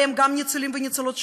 ובהן גם ניצולים וניצולות שואה,